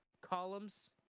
columns